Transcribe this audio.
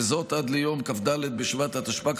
וזאת עד יום כ"ד בשבט התשפ"ג,